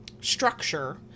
structure